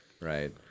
right